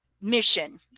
mission